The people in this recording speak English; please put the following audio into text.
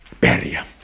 barrier